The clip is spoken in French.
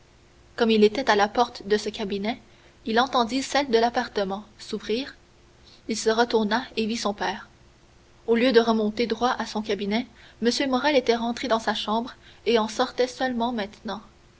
comme il était à la porte de ce cabinet il entendit celle de l'appartement s'ouvrir il se retourna et vit son père au lieu de remonter droit à son cabinet m morrel était rentré dans sa chambre et en sortait seulement maintenant